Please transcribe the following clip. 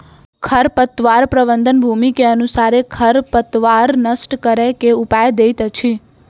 खरपतवार प्रबंधन, भूमि के अनुसारे खरपतवार नष्ट करै के उपाय दैत अछि